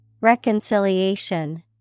reconciliation